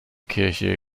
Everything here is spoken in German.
kirche